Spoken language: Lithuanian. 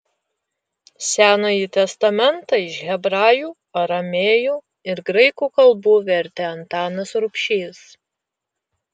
senąjį testamentą iš hebrajų aramėjų ir graikų kalbų vertė antanas rubšys